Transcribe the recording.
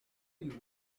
you